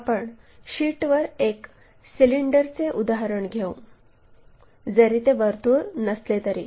आपण शीटवर एक सिलिंडरचे उदाहरण घेऊ जरी ते वर्तुळ नसले तरी